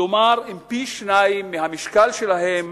כלומר, הם פי-שניים מהמשקל שלהם